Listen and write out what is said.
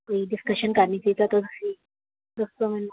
ਕੋਈ ਡਿਸਕਸ਼ਨ ਕਰਨੀ ਸੀ ਤਾਂ ਤੁਸੀਂ ਦੱਸੋ ਮੈਨੂੰ